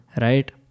right